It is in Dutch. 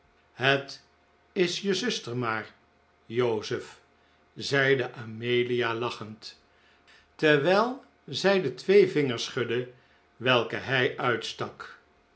het is je zuster maar joseph zeide amelia lachend terwijl zij de twee vingers schudde welke hij uitstak